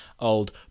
old